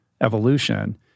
evolution